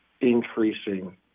increasing